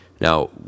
Now